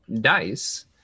dice